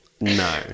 no